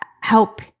help